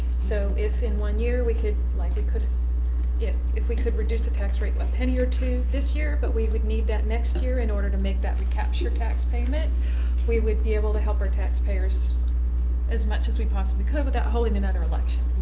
so if in one year we could like we could yeah if we could reduce the tax rate a but penny or this year but we would need that next year in order to make that recapture tax payment we would be able to help our taxpayers as much as we possibly could without holding another election.